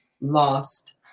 lost